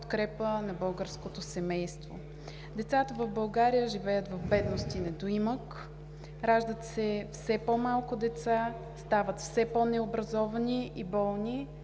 България